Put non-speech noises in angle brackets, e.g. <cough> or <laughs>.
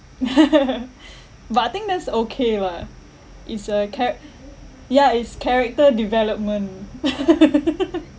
<laughs> but I think that's okay lah is a cha~ ya is character development <laughs>